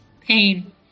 pain